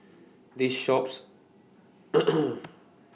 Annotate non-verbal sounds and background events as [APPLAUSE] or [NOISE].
This shops [NOISE]